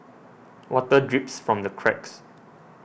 water drips from the cracks